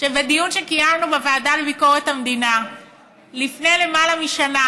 שבדיון שקיימנו בוועדה לביקורת המדינה לפני למעלה משנה,